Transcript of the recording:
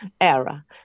era